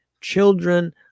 children